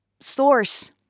source